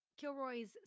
Kilroy's